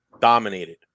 dominated